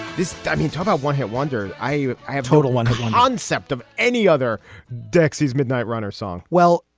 this i mean, talk about one hit wonder. i. i have total one on sept of any other dixie's midnight runner song well,